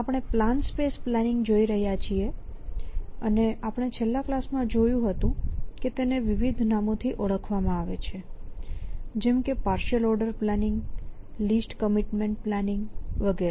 આપણે plan space planning જોઈ રહ્યા છીએ અને આપણે છેલ્લા ક્લાસ માં જોયું હતું કે તેને વિવિધ નામો થી ઓળખવામાં આવે છે જેમ કે partial order planning least commitment planning વગેરે